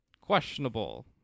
Questionable